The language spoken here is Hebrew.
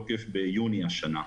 האחרונות נכנסנו לתוקף ביוני השנה.